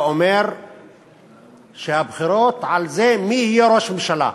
אומר שהבחירות יהיו על מי יהיה ראש ממשלה.